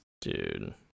Dude